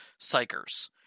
Psychers